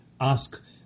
ask